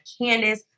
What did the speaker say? Candice